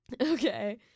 Okay